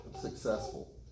successful